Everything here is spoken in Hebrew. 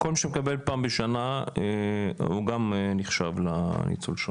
כל מי שמקבל פעם בשנה הוא גם נחשב לניצול שואה,